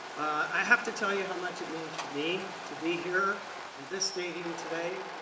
i have to tell you how much it means to me to be here in the stadium today.